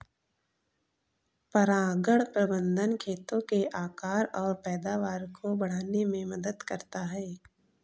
परागण प्रबंधन खेतों के आकार और पैदावार को बढ़ाने में मदद करता है